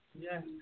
Yes